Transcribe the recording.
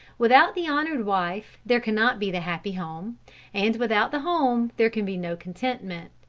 without the honored wife there cannot be the happy home and without the home there can be no contentment.